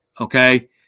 okay